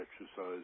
exercise